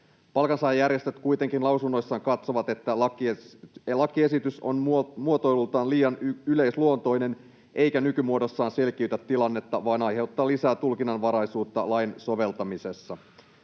Palkansaajajärjestöt kuitenkin lausunnoissaan katsovat, että lakiesitys on muotoilultaan liian yleisluontoinen eikä nykymuodossaan selkiytä tilannetta vaan aiheuttaa lisää tulkinnanvaraisuutta lain soveltamisessa.